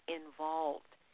involved